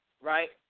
right